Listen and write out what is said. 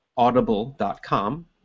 Audible.com